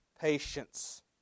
patience